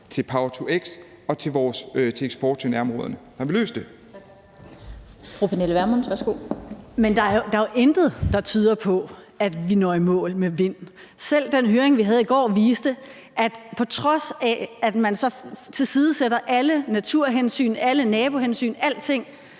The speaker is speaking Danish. Fru Pernille Vermund. Værsgo. Kl. 10:51 Pernille Vermund (NB): Der er jo intet, der tyder på, at vi når i mål med vind. Selv den høring, vi havde i går, viste, at på trods af at man så tilsidesætter alle naturhensyn, alle nabohensyn, alting